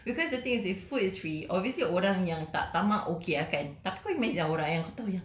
ya that's why ya the ration is over there because the thing is with food is free obviously orang yang tak tamak okay lah kan